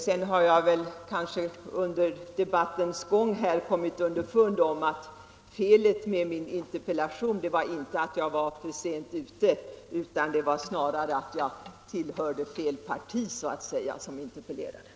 Sedan har jag kanske under debattens gång kommit underfund med att felet med min interpellation inte var att jag var sent ute utan snarare att jag som interpellant tillhörde ”fel parti.”